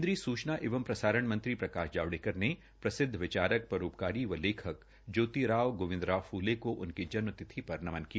केन्द्रीय सूचना एवं प्रसारण मंत्री प्रकाश जावड़ेकर ने प्रसिद्ध विचारक परोपकारी एवं लेखक ज्योति राव गोविंदराव फूले को उनकी जन्म तिथि पर नमन किया